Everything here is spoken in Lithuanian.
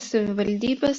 savivaldybės